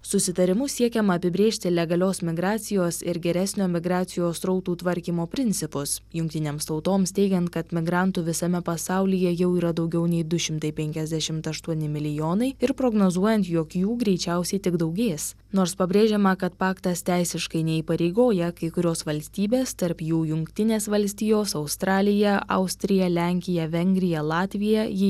susitarimu siekiama apibrėžti legalios migracijos ir geresnio migracijos srautų tvarkymo principus jungtinėms tautoms teigiant kad migrantų visame pasaulyje jau yra daugiau nei du šimtai penkiasdešimt aštuoni milijonai ir prognozuojant jog jų greičiausiai tik daugės nors pabrėžiama kad paktas teisiškai neįpareigoja kai kurios valstybės tarp jų jungtinės valstijos australija austrija lenkija vengrija latvija jį